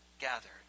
gathered